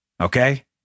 Okay